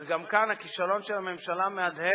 וגם כאן הכישלון של הממשלה מהדהד,